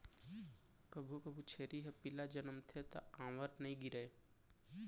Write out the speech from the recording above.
कभू कभू छेरी ह पिला जनमथे त आंवर नइ गिरय